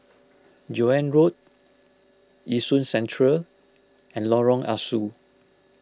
Joan Road Yishun Central and Lorong Ah Soo